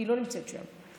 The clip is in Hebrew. היא לא נמצאת שם.